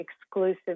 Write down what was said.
exclusive